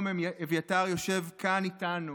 היום אביתר יושב כאן איתנו